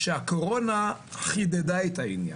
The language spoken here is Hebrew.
שהקורונה חידדה את העניין.